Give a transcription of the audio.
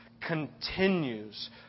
continues